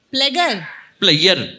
Player